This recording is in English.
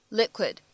liquid